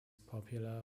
popular